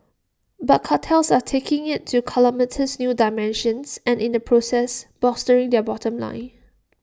but cartels are taking IT to calamitous new dimensions and in the process bolstering their bottom line